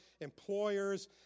Employers